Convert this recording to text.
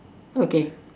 okay